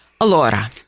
Alora